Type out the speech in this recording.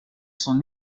son